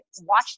watch